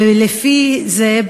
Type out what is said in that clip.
ולפי זה,